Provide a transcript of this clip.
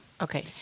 Okay